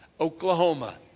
Oklahoma